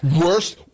Worst